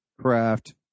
craft